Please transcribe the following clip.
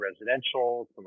residential